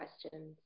questions